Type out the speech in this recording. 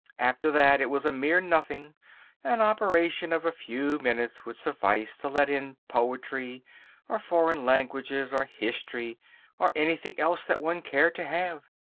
after that it was a mere nothing an operation of a few minutes would suffice to let in poetry or foreign languages or history or anything else that one cared to have.